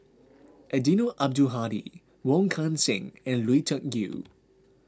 Eddino Abdul Hadi Wong Kan Seng and Lui Tuck Yew